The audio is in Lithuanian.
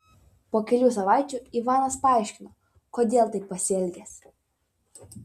po kelių savaičių ivanas paaiškino kodėl taip pasielgęs